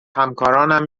همکارانم